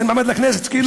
אין מעמד לכנסת, כאילו?